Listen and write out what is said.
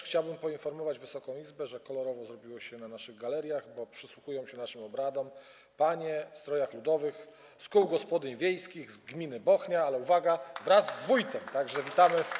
Chciałbym też poinformować Wysoką Izbę, że kolorowo zrobiło się na naszych galeriach, bo przysłuchują się naszym obradom panie w strojach ludowych z kół gospodyń wiejskich z gminy Bochnia, ale, uwaga, wraz z wójtem.